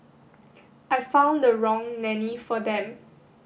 I found the wrong nanny for them